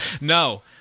no